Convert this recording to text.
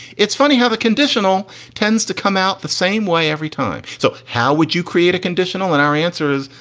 it's funny how the conditional tends to come out the same way every time. so how would you create a conditional and our answer is,